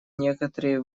некоторые